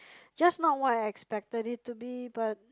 just now what I expected it to be but